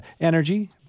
energy